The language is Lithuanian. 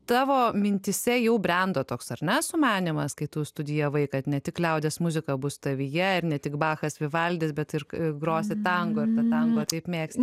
tavo mintyse jau brendo toks ar ne sumanymas kai tu studijavai kad ne tik liaudies muzika bus tavyje ir ne tik bachas vivaldis bet ir grosi tango ir tą tango taip mėgsti